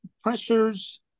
pressures